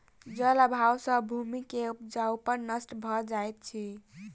जल अभाव सॅ भूमि के उपजाऊपन नष्ट भ जाइत अछि